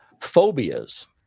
Phobias